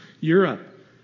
Europe